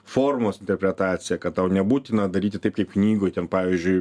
formos interpretacija kad tau nebūtina daryti taip kaip knygoj ten pavyzdžiui